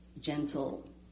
gentle